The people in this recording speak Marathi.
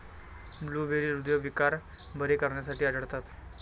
ब्लूबेरी हृदयविकार बरे करण्यासाठी आढळतात